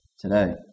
today